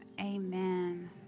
amen